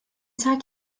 terk